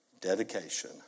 dedication